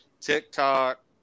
TikTok